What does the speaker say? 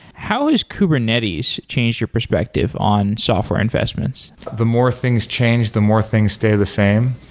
how has kubernetes change your perspective on software investments? the more things change, the more things stay the same.